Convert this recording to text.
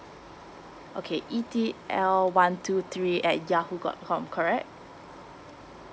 okay e t l one two three at yahoo dot com correct